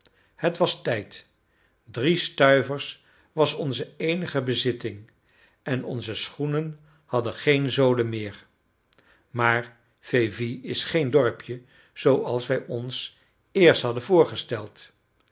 het was tijd drie stuivers was onze eenige bezitting en onze schoenen hadden geen zolen meer maar